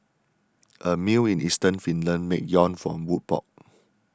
a mill in eastern Finland makes yarn from wood pulp